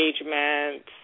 engagements